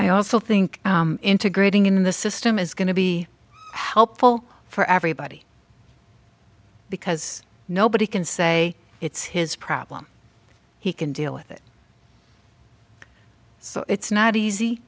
i also think integrating in the system is going to be helpful for everybody because nobody can say it's his problem he can deal with it so it's not easy